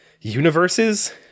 universes